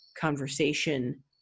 conversation